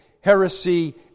heresy